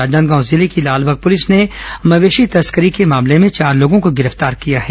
राजनांदगांव जिले की लालबाग प्रलिस ने मवेशी तस्करी के मामले में चार लोगों को गिरफ्तार किया है